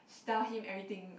tell him everything